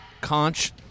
Conch